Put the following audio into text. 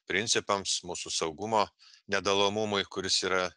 principams mūsų saugumo nedalomumui kuris yra